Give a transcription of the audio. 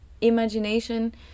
imagination